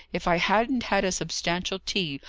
if i hadn't had a substantial tea,